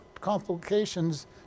complications